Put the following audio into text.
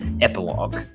epilogue